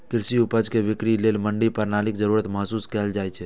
कृषि उपज के बिक्री लेल मंडी प्रणालीक जरूरत महसूस कैल जाइ छै